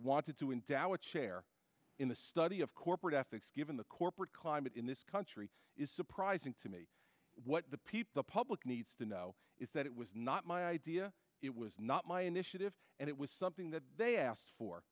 wanted to in dallas share in the study of corporate ethics given the corporate climate in this country surprising to me what the people public needs to know is that it was not my idea it was not my initiative and it was something that they asked for